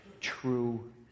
true